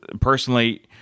personally